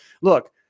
look